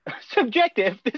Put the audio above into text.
Subjective